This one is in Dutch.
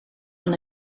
van